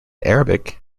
arabic